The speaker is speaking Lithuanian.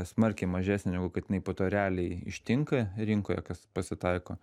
smarkiai mažesnę negu kad jinai po to realiai ištinka rinkoje kas pasitaiko